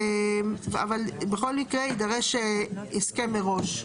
אבל בכל מקרה יידרש הסכם מראש.